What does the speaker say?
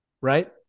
right